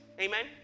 amen